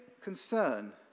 concern